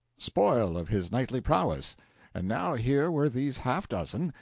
spoil of his knightly prowess and now here were these half dozen,